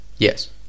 Yes